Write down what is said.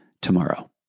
tomorrow